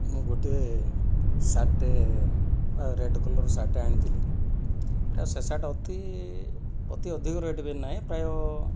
ମୁଁ ଗୋଟିଏ ସାର୍ଟ ଟିଏ ବା ରେଡ଼୍ କଲର୍ ସାର୍ଟ ଟିଏ ଆଣିଥିଲି ସେ ସାର୍ଟ ଅତି ଅତି ଅଧିକ ରେଟ୍ ବି ନାହିଁ ପ୍ରାୟ